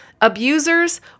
Abusers